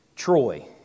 Troy